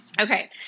Okay